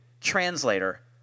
Translator